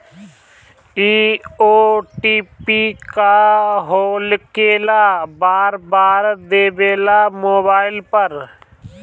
इ ओ.टी.पी का होकेला बार बार देवेला मोबाइल पर?